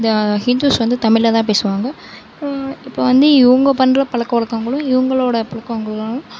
இந்த ஹிந்துஸ் வந்து தமிழில்தான் பேசுவாங்க இப்போ வந்து இவங்க பண்ணுற பழக்க வழக்கங்களும் இவங்களோட பழக்க வழக்கங்களும்